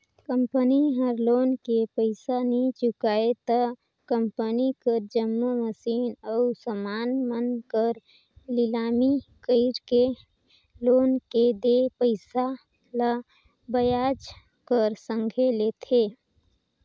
company ह loan के पइसा नी चुकाय त कंपनी कर जम्मो मसीन अउ समान मन कर लिलामी कइरके लोन में देय पइसा ल बियाज कर संघे लेथे